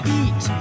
eat